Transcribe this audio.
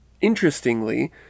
interestingly